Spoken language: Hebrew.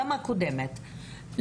גם הקודמת,